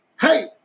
Hey